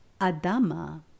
Adama